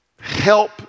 help